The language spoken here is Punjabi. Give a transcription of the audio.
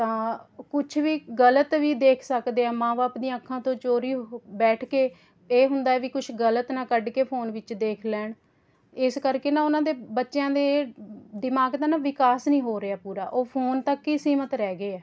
ਤਾਂ ਕੁਛ ਵੀ ਗਲਤ ਵੀ ਦੇਖ ਸਕਦੇ ਆ ਮਾਂ ਬਾਪ ਦੀਆਂ ਅੱਖਾਂ ਤੋਂ ਚੋਰੀ ਉਹ ਬੈਠ ਕੇ ਇਹ ਹੁੰਦਾ ਵੀ ਕੁਛ ਗਲਤ ਨਾ ਕੱਢ ਕੇ ਫੋਨ ਵਿੱਚ ਦੇਖ ਲੈਣ ਇਸ ਕਰਕੇ ਨਾ ਉਹਨਾਂ ਦੇ ਬੱਚਿਆਂ ਦੇ ਦਿਮਾਗ ਦਾ ਨਾ ਵਿਕਾਸ ਨਹੀਂ ਹੋ ਰਿਹਾ ਪੂਰਾ ਉਹ ਫੋਨ ਤੱਕ ਹੀ ਸੀਮਤ ਰਹਿ ਗਏ ਹੈ